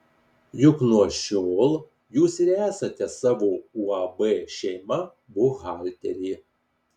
juk nuo šiol jūs ir esate savo uab šeima buhalterė